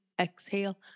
exhale